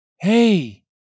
Hey